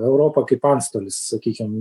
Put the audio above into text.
europa kaip antstolis sakykim